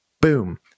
Boom